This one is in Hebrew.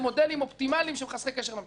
אופטימליים שהם חסרי קשר למציאות.